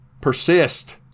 Persist